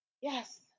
Yes